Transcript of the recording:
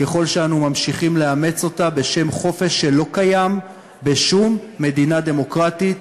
ככל שאנחנו ממשיכים לאמץ אותה בשם חופש שלא קיים בשום מדינה דמוקרטית,